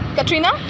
Katrina